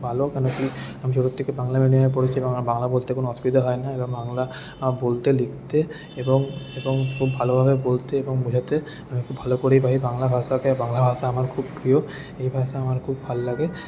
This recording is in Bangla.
ভালো কেন কি আমি ছোটো থেকে বাংলা মিডিয়ামে পড়েছি এবং আমার বাংলা বলতে কোনো অসুবিধা হয় না এবং আমার বাংলা বলতে লিখতে এবং এবং খুব ভালোভাবে বলতে এবং বোঝাতে আমি খুব ভালো করেই পারি বাংলা ভাষাকে বাংলা ভাষা আমার খুব প্রিয় এই ভাষা আমার খুব ভাল লাগে